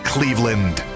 Cleveland